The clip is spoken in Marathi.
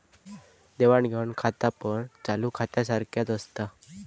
देवाण घेवाण खातापण चालू खात्यासारख्याच असता